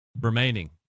remaining